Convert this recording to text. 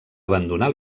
abandonar